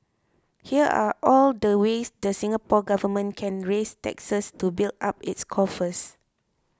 here are all the ways the Singapore Government can raise taxes to build up its coffers